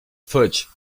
fudge